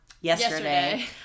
yesterday